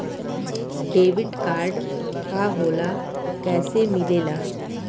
Debit card का होला कैसे मिलेला?